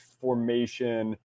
formation